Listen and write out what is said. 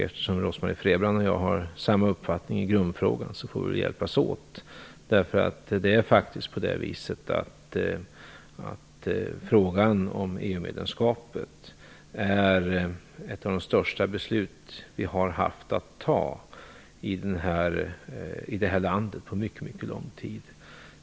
Eftersom Rose-Marie Frebran och jag har samma uppfattning i grundfrågan får vi hjälpas åt. Beslutet om EU-medlemskapet är ett av de största besluten i vårt land sedan mycket lång tid tillbaka.